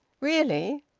really?